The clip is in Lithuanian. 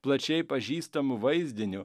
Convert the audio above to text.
plačiai pažįstamu vaizdiniu